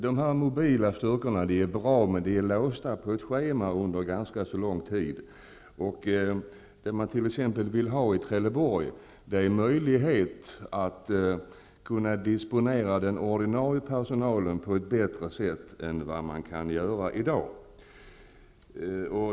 De mobila styrkorna är bra, men de är låsta vid ett schema under ganska lång tid. Vad man t.ex. vill ha i Trelleborg är möjlighet att disponera den ordinarie personalen på bättre sätt än man kan göra i dag.